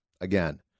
again